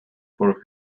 for